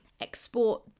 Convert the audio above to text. export